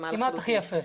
כמעט הכי יפה.